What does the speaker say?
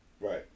right